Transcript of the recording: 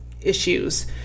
issues